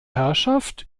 herrschaft